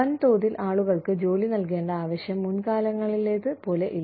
വൻതോതിൽ ആളുകൾക്ക് ജോലി നൽകേണ്ട ആവശ്യം മുൻകാലങ്ങളിലേത് പോലെ ഇല്ല